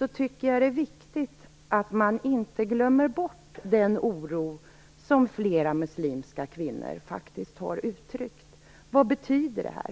jag tycker att det är viktigt att man i den här prövningen inte glömmer bort den oro som flera muslimska kvinnor faktiskt har uttryckt. Vad betyder det här?